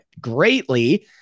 greatly